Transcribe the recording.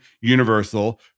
universal